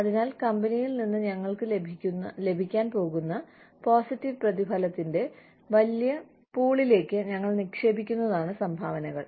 അതിനാൽ കമ്പനിയിൽ നിന്ന് ഞങ്ങൾക്ക് ലഭിക്കാൻ പോകുന്ന പോസിറ്റീവ് പ്രതിഫലത്തിന്റെ വലിയ പൂളിലേക്ക് ഞങ്ങൾ നിക്ഷേപിക്കുന്നതാണ് സംഭാവനകൾ